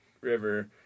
river